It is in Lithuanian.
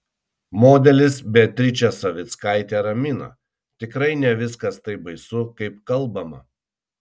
modelis beatričė savickaitė ramina tikrai ne viskas taip baisu kaip kalbama